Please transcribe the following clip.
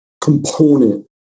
component